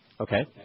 Okay